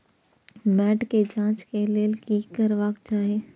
मैट के जांच के लेल कि करबाक चाही?